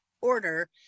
order